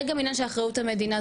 זה גם עניין של אחריות המדינה,